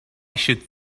should